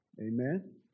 Amen